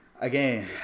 again